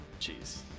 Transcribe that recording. Jeez